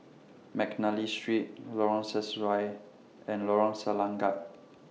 Mcnally Street Lorong Sesuai and Lorong Selangat